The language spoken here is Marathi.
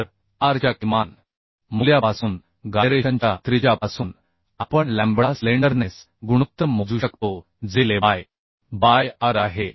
तर R च्या किमान मूल्यापासून गायरेशनच्या त्रिज्यापासून आपण लॅम्बडा स्लेंडरनेस गुणोत्तर मोजू शकतो जे LE बाय बाय R आहे